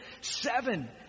seven